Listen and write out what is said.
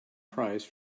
prize